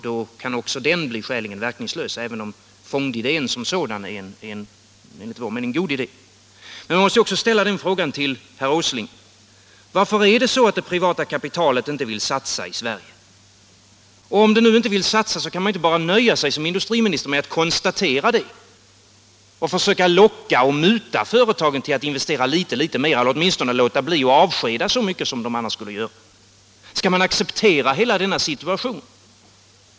Då kan också den bli skäligen verkningslös, även om fondidén som sådan är en enligt vår mening god idé. Men jag måste också ställa frågan till herr Åsling: Varför vill inte det privata kapitalet satsa i Sverige? Om det nu inte vill satsa så kan man ju inte bara nöja sig, som industriministern gör, med att konstatera detta och försöka locka och muta företagen till att investera litet litet mera eller åtminstone låta bli att avskeda så många som de annårs skulle avskeda. Skall man acceptera hela denna situation?